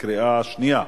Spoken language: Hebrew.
בקריאה שנייה.